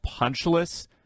punchless